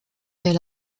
del